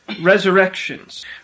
resurrections